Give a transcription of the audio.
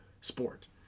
sport